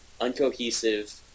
uncohesive